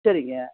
சரிங்க